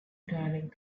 direct